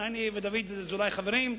אני ודוד אזולאי חברים,